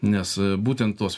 nes būtent tos